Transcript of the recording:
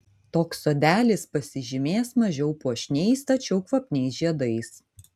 toks sodelis pasižymės mažiau puošniais tačiau kvapniais žiedais